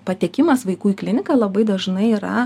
patekimas vaikų į kliniką labai dažnai yra